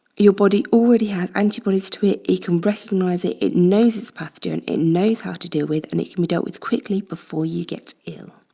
your body already has antibodies to it. it can recognize it, it knows its pathogen, it knows how to deal with and it can be dealt with quickly before you get ill.